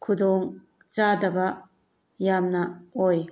ꯈꯨꯗꯣꯡ ꯆꯥꯗꯕ ꯌꯥꯝꯅ ꯑꯣꯏ